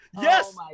Yes